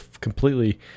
completely